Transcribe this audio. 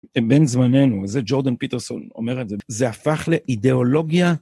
בין זמננו, וזה ג'ורדן פיטרסון אומר את זה. זה הפך לאידאולוגיה?